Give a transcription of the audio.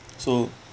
so